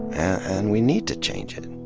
and we need to change it.